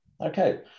okay